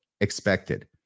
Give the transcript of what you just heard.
expected